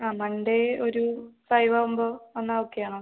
ആ മൺഡേ ഒരു ഫൈവ് ആവുമ്പോൾ വന്നാൽ ഓക്കെ ആണോ